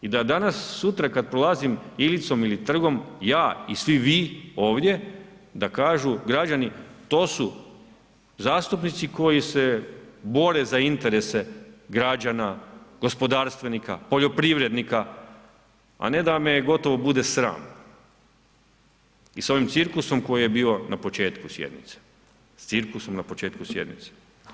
I da danas sutra kada prolazim Ilicom ili Trgom ja i svi vi ovdje da kažu građani, to su zastupnici koji se bore za interese građana, gospodarstvenika, poljoprivrednika, a ne da me gotovo bude sram i s ovim cirkusom koji je bio na početku sjednice, s cirkusom na početku sjednice.